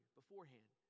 beforehand